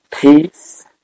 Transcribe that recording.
Peace